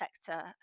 sector